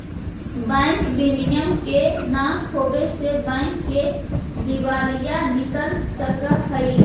bank विनियम के न होवे से बैंक के दिवालिया निकल सकऽ हइ